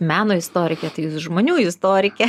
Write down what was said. meno istorikė tai jūs žmonių istorikė